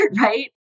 right